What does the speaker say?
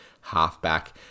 halfback